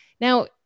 Now